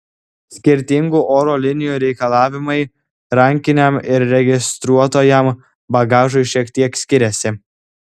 skirtingų oro linijų reikalavimai rankiniam ir registruotajam bagažui šiek tiek skiriasi